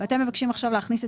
ואתם מבקשים להכניס את